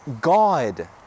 god